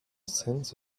sense